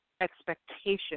expectation